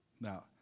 Now